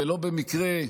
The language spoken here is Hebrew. ולא במקרה,